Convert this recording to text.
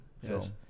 Yes